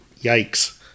Yikes